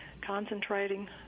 concentrating